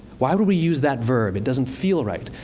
why would we use that verb, it doesn't feel right?